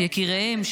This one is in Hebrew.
יקיריהם,